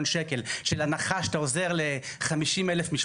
הסכמי רכש,